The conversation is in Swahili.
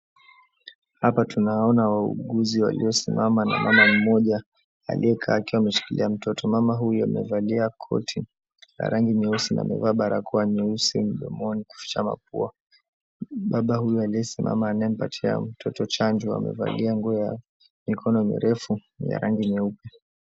Hapa tunaona wauguzi waliosimama na mama moja aliye kaa 𝑎𝑘𝑖𝑤𝑎 a𝑚𝑒𝑚𝑠hikilia mtoto. 𝑀ama huyo amevalia koti la rangi nyeusi na 𝑎𝑚𝑒𝑣𝑎𝑎 barakoa nyeusi mdomoni ya kuficha mapua. Baba huyo aliyesimama anayempatia mtoto chanjo amevalia nguo ya mikono mirefu yenye rangi nyeupe.